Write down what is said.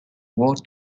wool